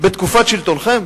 בתקופת שלטונכם?